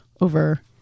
over